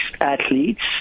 athletes